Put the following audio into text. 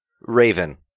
raven